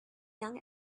young